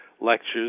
lectures